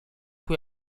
cui